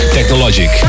Technologic